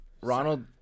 Ronald